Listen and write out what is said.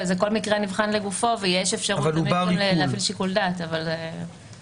כל מקרה נבחן לגופו ויש אפשרות להפעיל שיקול דעת בעצם,